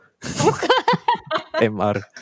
MR